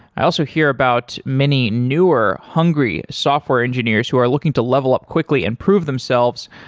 i also hear about many newer, hungry software engineers who are looking to level up quickly and prove themselves